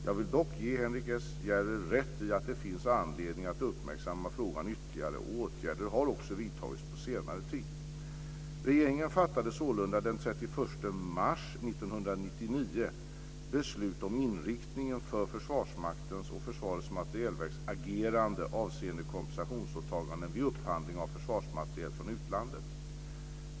Jag vill dock ge Henrik S Järrel rätt i att det finns anledning att uppmärksamma frågan ytterligare. Åtgärder har också vidtagits på senare tid. Regeringen fattade sålunda den 31 mars 1999 beslut om inriktningen för Försvarsmaktens och Försvarets materielverks agerande avseende kompensationsåtaganden vid upphandling av försvarsmateriel från utlandet.